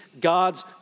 God's